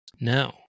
No